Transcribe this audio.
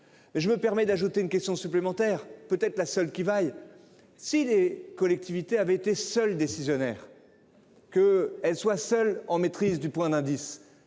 je me permets d'ajouter une question supplémentaire peut être la seule qui vaille. Si les collectivités avaient été seul décisionnaire. Que elle soit seule en maîtrise du point d'indice.